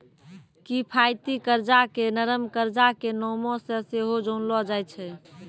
किफायती कर्जा के नरम कर्जा के नामो से सेहो जानलो जाय छै